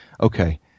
okay